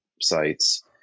sites